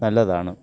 നല്ലതാണ്